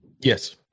Yes